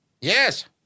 Yes